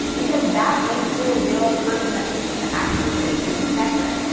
because that makes you a real person that people can actually relate to and connect with.